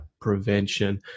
prevention